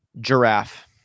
giraffe